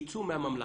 יצאו מהממלכה,